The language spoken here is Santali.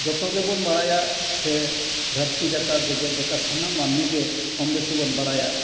ᱡᱚᱛᱚ ᱜᱮᱵᱚᱱ ᱵᱟᱲᱟᱭᱟ ᱥᱮ ᱫᱷᱟᱹᱨᱛᱤ ᱡᱟᱠᱟᱛ ᱡᱮᱜᱮᱫ ᱡᱟᱠᱟᱛ ᱥᱟᱱᱟᱢ ᱢᱟᱹᱱᱢᱤ ᱜᱮ ᱠᱚᱢ ᱵᱮᱥᱤ ᱵᱚᱱ ᱵᱟᱲᱟᱭᱟ